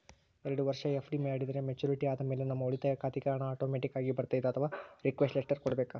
ಎರಡು ವರುಷ ಎಫ್.ಡಿ ಮಾಡಿದರೆ ಮೆಚ್ಯೂರಿಟಿ ಆದಮೇಲೆ ನಮ್ಮ ಉಳಿತಾಯ ಖಾತೆಗೆ ಹಣ ಆಟೋಮ್ಯಾಟಿಕ್ ಆಗಿ ಬರ್ತೈತಾ ಅಥವಾ ರಿಕ್ವೆಸ್ಟ್ ಲೆಟರ್ ಕೊಡಬೇಕಾ?